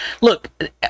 look